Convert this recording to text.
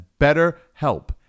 BetterHelp